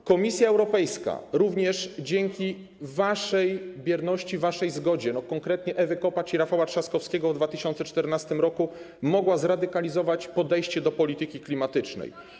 i Komisja Europejska, również dzięki waszej bierności, waszej zgodzie, konkretnie Ewy Kopacz i Rafała Trzaskowskiego w 2014 r., mogła zradykalizować podejście do polityki klimatycznej.